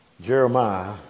Jeremiah